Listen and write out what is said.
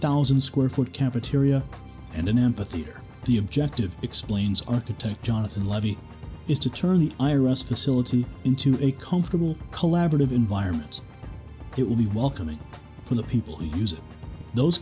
thousand square foot cafeteria and an amphitheater the objective explains architect jonathan levy is to turn the iris facility into a comfortable collaborative environment it will be welcoming for the people using those